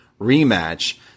rematch